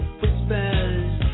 whispers